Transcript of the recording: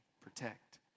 Protect